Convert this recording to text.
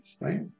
right